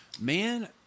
Man